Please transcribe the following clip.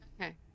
Okay